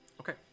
Okay